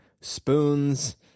spoons